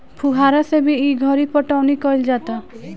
फुहारा से भी ई घरी पटौनी कईल जाता